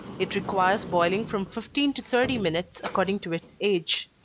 it requires boiling from fifteen to thirty minutes, according to its age.